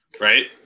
right